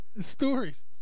stories